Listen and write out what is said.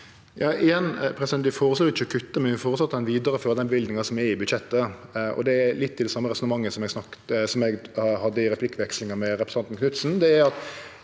Vi føreslår ikkje å kutte, men vi føreslår å vidareføre den løyvinga som er i budsjettet. Det er litt det same resonnementet eg hadde i replikkvekslinga med representanten Knutsen: